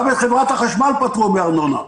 גם את חברת החשמל פטרו מארנונה.